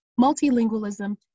multilingualism